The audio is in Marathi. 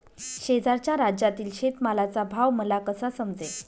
शेजारच्या राज्यातील शेतमालाचा भाव मला कसा समजेल?